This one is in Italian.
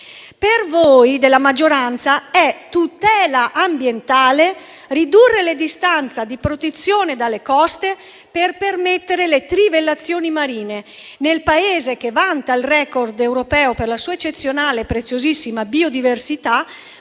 Per voi della maggioranza è tutela ambientale ridurre la distanza di protezione dalle coste per permettere le trivellazioni marine nel Paese che vanta il *record* europeo per la sua eccezionale e preziosissima biodiversità,